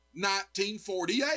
1948